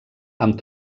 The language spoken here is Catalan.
amb